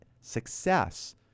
success